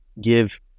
give –